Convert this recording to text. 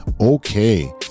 okay